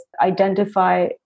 identify